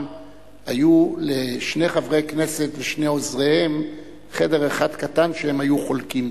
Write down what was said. היו לשני חברי כנסת ושני עוזריהם חדר אחד קטן שהם היו חולקים.